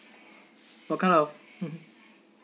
what kind of